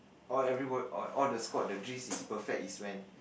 all everyone all all the squad the drills is perfect is when